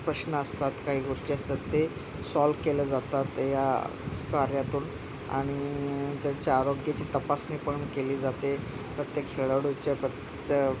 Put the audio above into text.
प्रश्न असतात काही गोष्टी असतात ते सॉल्व केल्या जातात या कार्यातून आणि त्यांचे आरोग्याची तपासणी पण केली जाते प्रत्येक खेळाडूच्या प्रत्य